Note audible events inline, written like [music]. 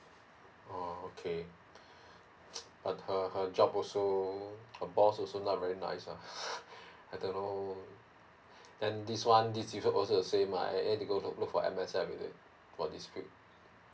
oh okay [noise] but her her job also her boss also not very nice ah [laughs] I don't know then this one this dispute also the same I I have to go to look for M_S_F is it for dispute